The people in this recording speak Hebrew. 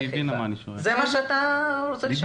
זה מה שאתה רוצה לשאול?